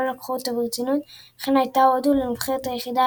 לקחו אותו ברצינות ובכך הייתה הודו לנבחרת היחידה